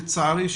לצערי,